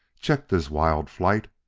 checked his wild flight,